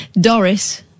Doris